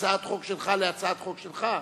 הצעת חוק שלך להצעת חוק שלך?